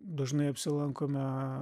dažnai apsilankome